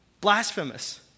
Blasphemous